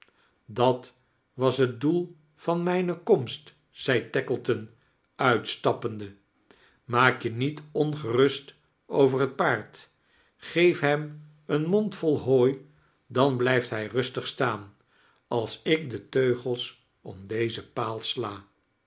dat was het doel van mijne komst zei tackleton uitstappende maak je niet ongerust over het paard geef hem een mondvol liooi dan blijft hij rustig staan als iik de teugels om dezen paal sla